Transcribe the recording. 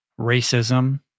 racism